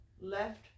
left